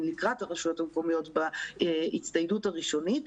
לקראת הרשויות המקומיות בהצטיידות הראשונית,